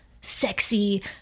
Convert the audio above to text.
sexy